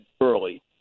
early